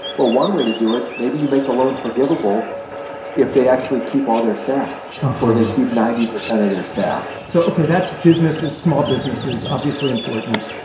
well, one way to do it maybe you make the loan forgivable if they actually keep all their staff or they keep ninety percent of their staff so, ok, that's businesses small businesses, obviously important.